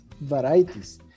varieties